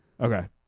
Okay